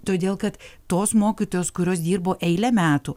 todėl kad tos mokytojos kurios dirbo eilę metų